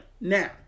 Now